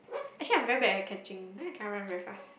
actually I'm very bad at catching then I cannot run very fast